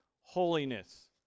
holiness